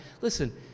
listen